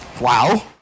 wow